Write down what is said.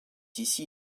ici